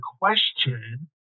question